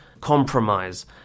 compromise